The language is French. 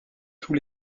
tous